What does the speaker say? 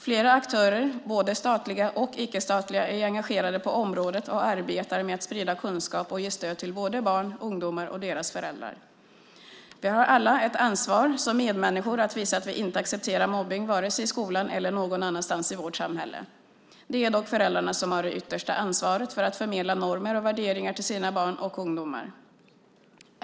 Flera aktörer, både statliga och icke-statliga, är engagerade på området och arbetar med att sprida kunskap och ge stöd till såväl barn och ungdomar som deras föräldrar. Vi har alla ett ansvar som medmänniskor att visa att vi inte accepterar mobbning vare sig i skolan eller någon annanstans i vårt samhälle. Det är dock föräldrarna som har det yttersta ansvaret för att förmedla normer och värderingar till sina barn och ungdomar.